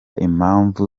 impamvu